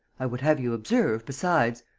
i would have you observe, besides.